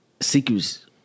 secrets